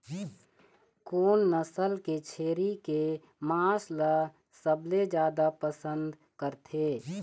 कोन नसल के छेरी के मांस ला सबले जादा पसंद करथे?